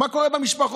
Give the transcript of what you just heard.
מה קורה במשפחות?